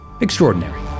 extraordinary